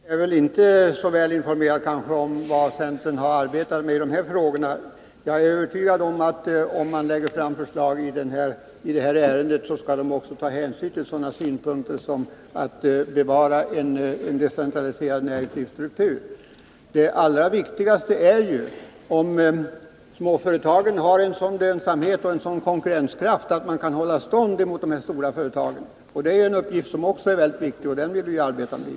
Herr talman! Sven Henricsson är kanske inte så väl informerad om vad centern har arbetat med när det gäller dessa frågor. Om man lägger fram ett förslag i det här ärendet, så kommer man säkerligen att ta hänsyn till bevarandet av en decentraliserad näringslivsstruktur. Det allra viktigaste är juattsmåföretagen har en sådan lönsamhet och en sådan konkurrenskraft att de kan hålla stånd mot de här stora företagen. Det är en uppgift som är väldigt viktig, och den vill vi arbeta för.